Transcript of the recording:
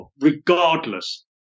regardless